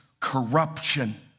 Corruption